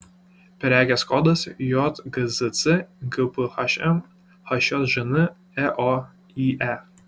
prekės kodas jgzc gphm hjžn eoye